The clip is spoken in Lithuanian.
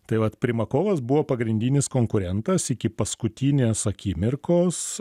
tai vat primakovas buvo pagrindinis konkurentas iki paskutinės akimirkos